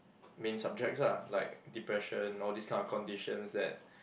main subjects ah like depression all these kind of conditions that